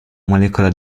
molecola